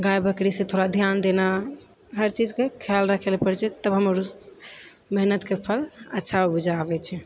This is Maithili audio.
गाय बकरीसँ थोड़ा ध्यान देना हरचीजके ख्याल राखऽ लऽ पड़े छै तब हमर ओ मेहनत के फल अच्छा उपजा अबै छै